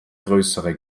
größere